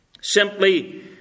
Simply